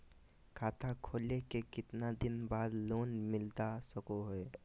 खाता खोले के कितना दिन बाद लोन मिलता सको है?